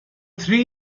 three